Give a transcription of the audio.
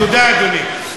תודה, אדוני.